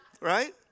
Right